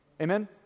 Amen